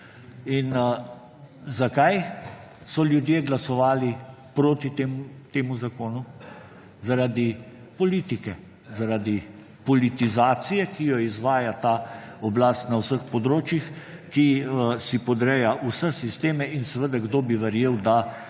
In zakaj so ljudje glasovali proti temu zakonu? Zaradi politike. Zaradi politizacije, ki jo izvaja ta oblast na vseh področjih, ki si podreja vse sisteme, in seveda, kdo bi verjel, da